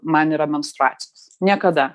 man yra menstruacijos niekada